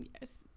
Yes